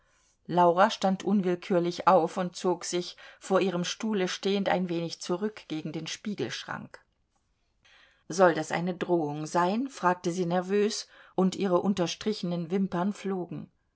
laura stand unwillkürlich auf und zog sich vor ihrem stuhle stehend ein wenig zurück gegen den spiegelschrank soll das eine drohung sein fragte sie nervös und ihre unterstrichenen wimpern flogen